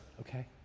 okay